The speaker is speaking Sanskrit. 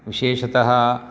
विशेषतः